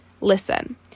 listen